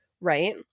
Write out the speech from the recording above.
right